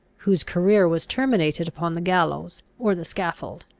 whose career was terminated upon the gallows or the scaffold.